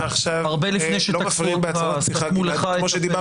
הרבה לפני שסתמו לך את הפה.